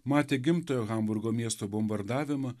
matė gimtojo hamburgo miesto bombardavimą